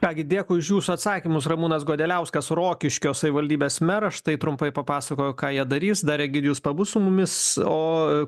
ką gi dėkui už jūsų atsakymus ramūnas godeliauskas rokiškio savivaldybės meras štai trumpai papasakojo ką jie darys dar egidijus pabus su mumis o